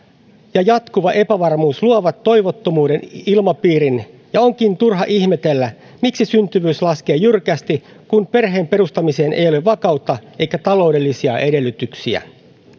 ja jatkuva epävarmuus luovat toivottomuuden ilmapiirin ja onkin turha ihmetellä miksi syntyvyys laskee jyrkästi kun perheen perustamiseen ei ei ole vakautta eikä taloudellisia edellytyksiä